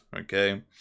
okay